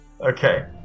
okay